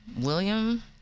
William